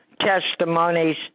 testimonies